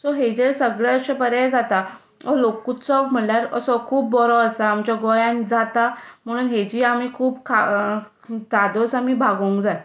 so हाजेर सगळें अशें बरें जाता हो लोकोत्सव म्हणल्यार असो खूब बरो आसा आमच्या गोंयांत जाता म्हणून हाजी आमी खूब दादोस आमी भागोवंक जाय